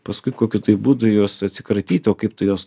paskui kokiu tai būdu juos atsikratyti o kaip tu juos